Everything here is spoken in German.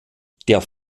der